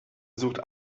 sucht